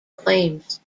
claims